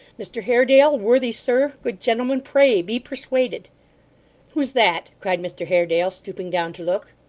mr haredale worthy sir good gentleman pray be persuaded who's that cried mr haredale, stooping down to look.